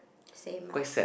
same mah